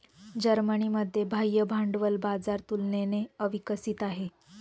जर्मनीमध्ये बाह्य भांडवल बाजार तुलनेने अविकसित आहे